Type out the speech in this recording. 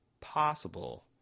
possible